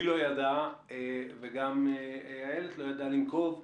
היא לא ידעה וגם אילת ששון לא ידעה לנקוב במספר,